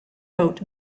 boat